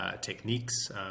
techniques